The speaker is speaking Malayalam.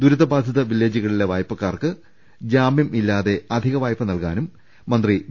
ദുരിതബാധിത വില്ലേജുകളിലെ വായ്പക്കാർക്ക് ജാമ്യം ഇല്ലാതെ അധികവായ്പ നൽകാനും മന്ത്രി വി